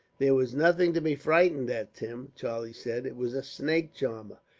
there was nothing to be frightened at, tim, charlie said. it was a snake charmer.